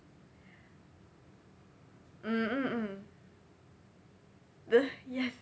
mm mmhmm yes